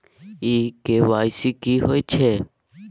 इ के.वाई.सी की होय छै?